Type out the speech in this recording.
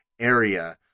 area